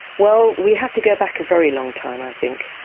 well we have to go back a very long time i think.